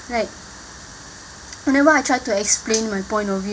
like whenever I try to explain my point of view